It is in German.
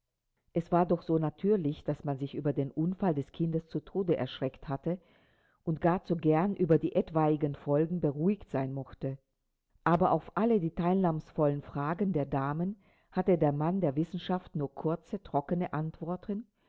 es war doch so natürlich daß man sich über den unfall des kindes zu tode erschreckt hatte und gar zu gern über die etwaigen folgen beruhigt sein mochte aber auf alle die teilnahmvollen fragen der damen hatte der mann der wissenschaft nur kurze trockene antworten